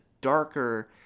darker